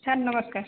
sir ନମସ୍କାର